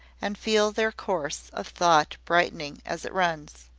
and feel their course of thought brightening as it runs.